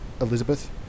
Elizabeth